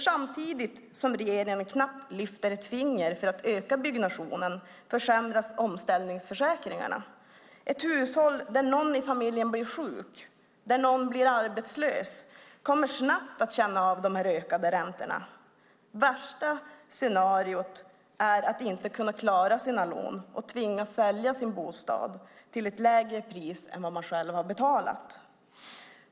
Samtidigt som regeringen knappt lyfter ett finger för att öka byggnationen försämras omställningsförsäkringarna. Ett hushåll där någon i familjen blir sjuk eller arbetslös kommer snabbt att känna av de ökade räntorna. Det värsta scenariot är att inte kunna klara sina lån och tvingas sälja sin bostad till ett lägre pris än vad man själv har betalat.